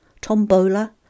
tombola